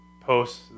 posts